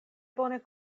bone